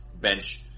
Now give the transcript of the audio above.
bench